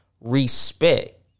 respect